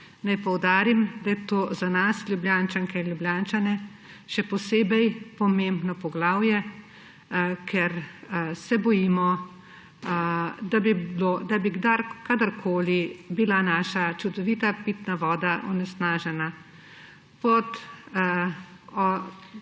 Naj poudarim, da je to za nas, Ljubljančanke, Ljubljančane, še posebej pomembno poglavje, ker se bojimo, da bi kadarkoli bila naša čudovita pitna voda onesnažena. Ob Savi je